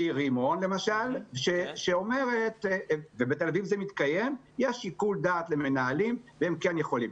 למשל שאומרת: יש שיקול דעת למנהלים והם כן יכולים.